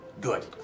Good